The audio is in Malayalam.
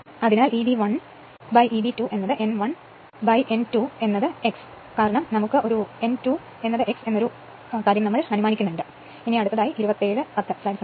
അതിനാൽ Eb 1 ന് Eb 2 n 1 ന് n 2 x x എന്ന് പറയാം